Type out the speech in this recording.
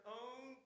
own